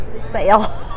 sale